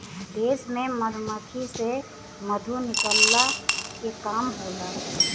देश में मधुमक्खी से मधु निकलला के काम होला